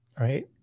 right